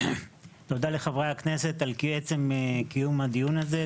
תודה לחברי הכנסת על עצם קיום הדיון הזה.